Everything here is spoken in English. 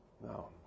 No